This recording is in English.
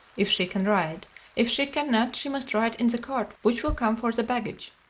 if she can ride if she can not, she must ride in the cart which will come for the baggage.